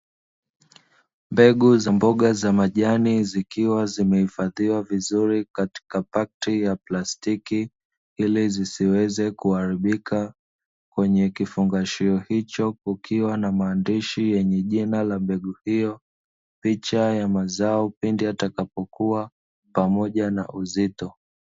Mbegu za mboga za majani zikiwa zimehifadhiwa vizuri katika pakti ya plastiki ili zisiweze kuharibika, kwenye kifungashio hicho kukiwa na maandishi yenye jina la mbegu hiyo, picha ya mazao pindi yatakapokua pamoja na uzito.